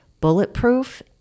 bulletproof